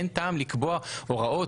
אין טעם לקבוע הוראות,